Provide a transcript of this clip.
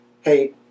Hey